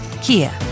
Kia